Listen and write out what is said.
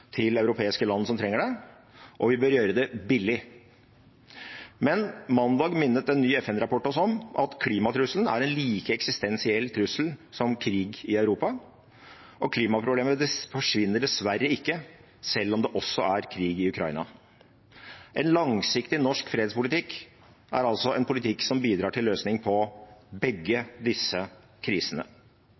til europeiske land som trenger det, og vi bør gjøre det billig. Men mandag minnet en ny FN-rapport oss om at klimatrusselen er en like eksistensiell trussel som krig i Europa. Klimaproblemet forsvinner dessverre ikke, selv om det også er krig i Ukraina. En langsiktig norsk fredspolitikk er altså en politikk som bidrar til løsning på begge disse krisene.